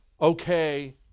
okay